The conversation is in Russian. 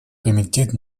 комитет